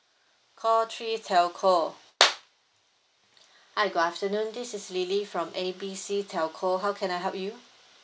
call three telco hi good afternoon this is lily from A B C telco how can I help you